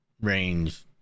range